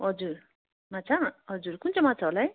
हजुर माछा हजुर कुन चाहिँ माछा होला है